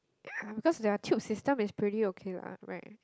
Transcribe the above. yeah because their tube system is pretty okay lah right